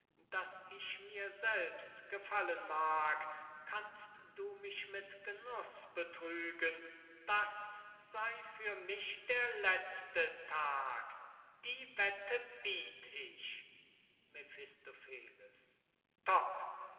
daß ich mir selbst gefallen mag kannst du mich mit genuß betrügen das sey für mich der letzte tag die wette biet ich